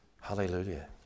Hallelujah